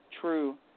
true